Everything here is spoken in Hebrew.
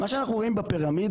מה שאנחנו רואים בפירמידה,